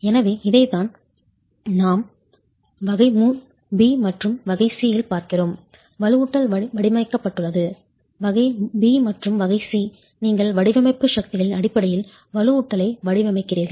எனவே இதைத்தான் நாம் வகை B மற்றும் வகை C இல் பார்க்கிறோம் வலுவூட்டல் வடிவமைக்கப்பட்டுள்ளது வகை B மற்றும் வகை C நீங்கள் வடிவமைப்பு சக்திகளின் அடிப்படையில் வலுவூட்டலை வடிவமைக்கிறீர்கள்